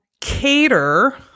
cater